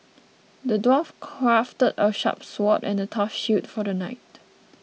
the dwarf crafted a sharp sword and a tough shield for the knight